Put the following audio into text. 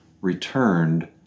returned